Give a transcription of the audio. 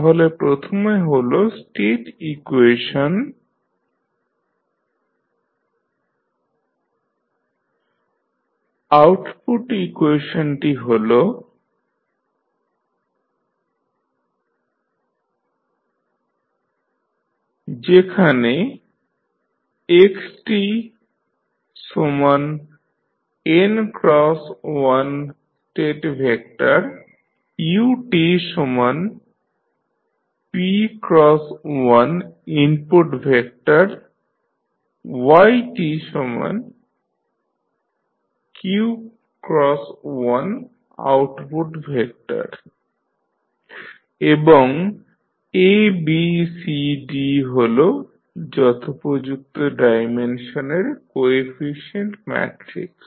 তাহলে প্রথমে হল স্টেট ইকুয়েশন dxdtAxtBut আউটপুট ইকুয়েশনটি হল ytCxtDut যেখানে xtn×1স্টেট ভেক্টর utp×1ইনপুট ভেক্টর ytq×1আউটপুট ভেক্টর এবং ABCD হল যথোপযুক্ত ডাইমেনশনের কেএফিশিয়েন্ট ম্যাট্রিক্স